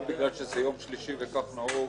גם בגלל שזה יום שלישי וכך נהוג,